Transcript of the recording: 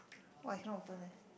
!wah! I cannot open leh